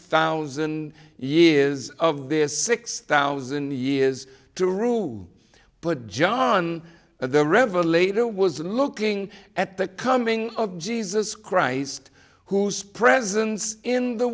thousand years of their six thousand years to rule put john the revelator was looking at the coming of jesus christ whose presence in the